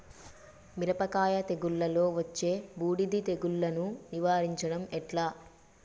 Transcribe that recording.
మిరపకాయ తెగుళ్లలో వచ్చే బూడిది తెగుళ్లను నివారించడం ఎట్లా?